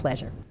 pleasure.